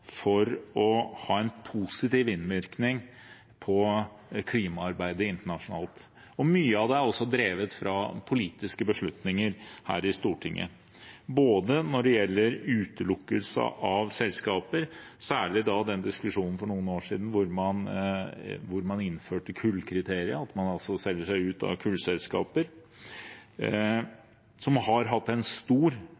for å ha en positiv innvirkning på klimaarbeidet internasjonalt. Mye av det er drevet ut fra politiske beslutninger her i Stortinget når det gjelder utelukkelse av selskaper. Det gjelder særlig diskusjonen fra for noen år siden da man innførte kullkriteriet – at man selger seg ut av kullselskaper.